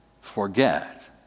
forget